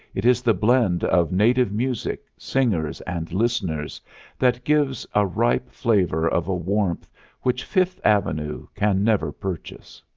it is the blend of native music, singers and listeners that gives a ripe flavor of a warmth which fifth avenue can never purchase.